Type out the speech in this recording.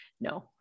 No